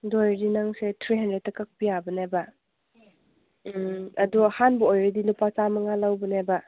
ꯑꯗꯨ ꯑꯣꯏꯔꯗꯤ ꯅꯪꯁꯦ ꯊ꯭ꯔꯤ ꯍꯟꯗ꯭ꯔꯦꯠꯇ ꯀꯛꯄ ꯌꯥꯕꯅꯦꯕ ꯎꯝ ꯑꯗꯨ ꯑꯍꯥꯟꯕ ꯑꯣꯏꯔꯗꯤ ꯂꯨꯄꯥ ꯆꯃꯉꯥ ꯂꯧꯕꯅꯦꯕ